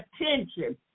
attention